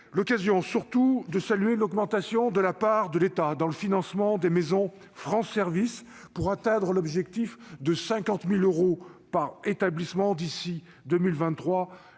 Je salue surtout l'augmentation de la part de l'État dans le financement des maisons France Services, pour atteindre l'objectif de 50 000 euros par établissement d'ici à 2023,